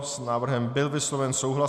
S návrhem byl vysloven souhlas.